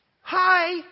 Hi